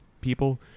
people